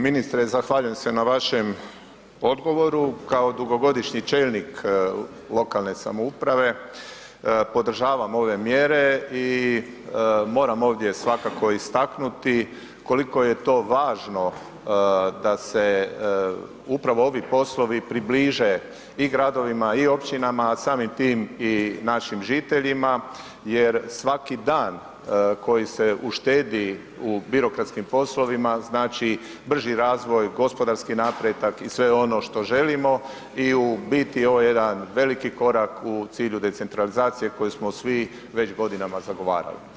Ministre, zahvaljujem se na vašem odgovoru, kao dugogodišnji čelnik lokalne samouprave podržavam ove mjere i moram ovdje svakako istaknuti koliko je to važno da se upravo ovi poslovi približe i gradovima i općinama, a samim tim i našim žiteljima jer svaki dan koji se uštedi u birokratskim poslovima znači brži razvoj, gospodarski napredak i sve ono što želimo i u biti ovo je jedan veliki korak u cilju decentralizacije koji smo svi već godinama zagovarali.